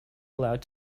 allowed